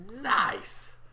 nice